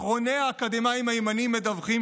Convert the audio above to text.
אחרוני האקדמאים הימנים מדווחים